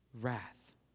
wrath